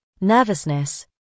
nervousness